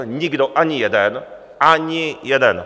Nikdo, ani jeden, ani jeden!